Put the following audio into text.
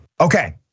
Okay